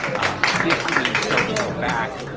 um if we start to go back,